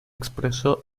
expresó